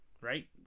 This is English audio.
Right